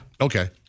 Okay